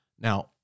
Now